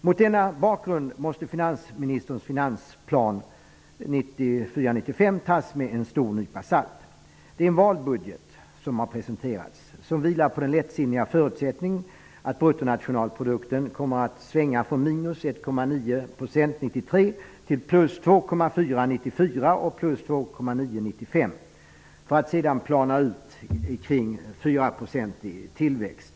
Mot denna bakgrund måste finansministerns finansplan 1994/95 tas med en stor nypa salt. Det är en valbudget som har presenterats. Den vilar på den lättsinniga förutsättningen att bruttonationalprodukten kommer att svänga från minus 1,9 % 1993 till plus 2,4 % 1994 och plus 2,9 % 1995 för att sedan plana ut kring 4 % i tillväxt.